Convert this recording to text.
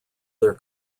their